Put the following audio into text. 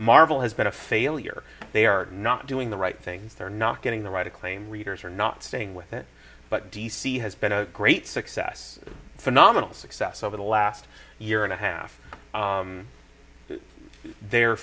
marvel has been a failure they are not doing the right things they're not getting the right acclaim readers are not staying with it but d c has been a great success phenomenal success over the last year and a half their